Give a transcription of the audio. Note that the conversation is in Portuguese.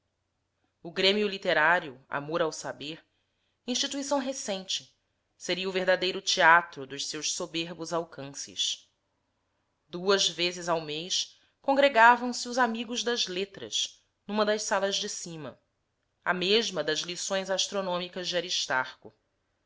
o grêmio literário amor ao saber instituição recente seria o verdadeiro teatro dos seus soberbos alcances duas vezes ao mês congregavam se os amigos das letras numa das salas de cima a mesma das lições astronômicas de